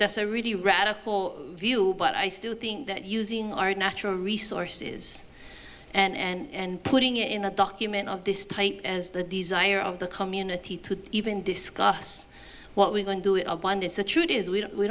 that's a really radical view but i still think that using our natural resources and putting it in a document of this type as the desire of the community to even discuss what we can do in our bond is the truth is we don't we